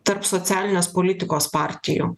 tarp socialinės politikos partijų